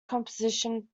composition